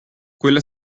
quella